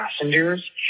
Passengers